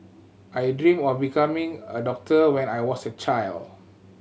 I dreamt of becoming a doctor when I was a child